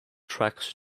tracks